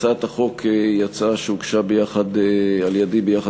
הצעת החוק היא הצעה שהוגשה על-ידי ביחד